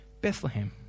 Bethlehem